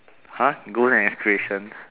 !huh! goals and aspirations